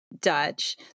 Dutch